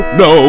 no